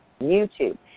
YouTube